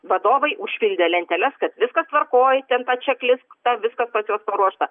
vadovai užpildė lenteles kad viskas tvarkoj ten tą čeklistą viskas pas juos paruošta